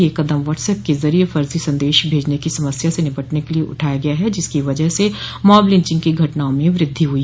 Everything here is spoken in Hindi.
यह कदम व्हाट्स ऐप के जरिए फर्जा संदेश भेजने की समस्या से निपटने के लिए उठाया गया है जिसकी वजह से मॉब लिंचिंग की घटनाओं में वृद्धि हुई